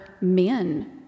men